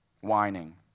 whining